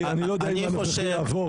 כי אני לא יודע אם הנוכחי יעבור.